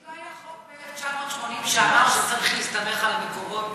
לא היה חוק ב-1980 שאמר שצריך להסתמך על המקורות?